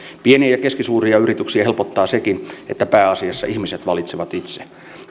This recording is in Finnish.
pieniä ja keskisuuria yrityksiä helpottaa sekin että pääasiassa ihmiset valitsevat itse